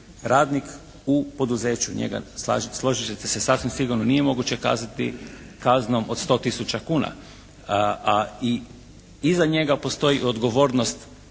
radnik u poduzeću, njega složit ćete se sasvim sigurno nije moguće kazniti kaznom od 100 000 kuna. A i iza njega postoji odgovornost